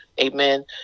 amen